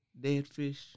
Deadfish